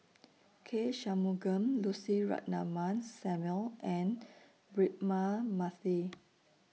K Shanmugam Lucy Ratnammah Samuel and Braema Mathi